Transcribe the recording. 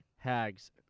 Hags